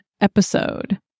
episode